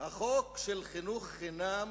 חוק חינוך חינם